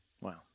Wow